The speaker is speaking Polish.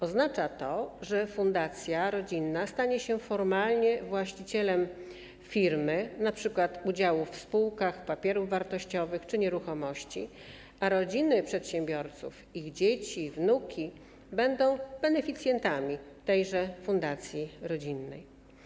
Oznacza to, że fundacja rodzinna stanie się formalnie właścicielem firmy, np. udziałów w spółkach, papierów wartościowych czy nieruchomości, a rodziny przedsiębiorców, ich dzieci i wnuki będą beneficjentami tejże fundacji rodzinnej.